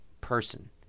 person